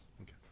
Okay